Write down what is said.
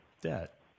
debt